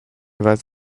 was